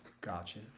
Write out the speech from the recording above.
Gotcha